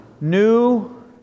new